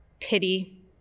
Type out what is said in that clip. pity